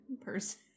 person